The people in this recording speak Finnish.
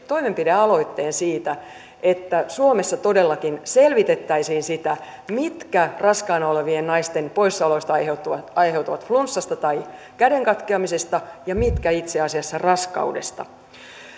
toimenpidealoitteen siitä että suomessa todellakin selvitettäisiin sitä mitkä raskaana olevien naisten poissaoloista aiheutuvat aiheutuvat flunssasta tai käden katkeamisesta ja mitkä itse asiassa raskaudesta